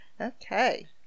Okay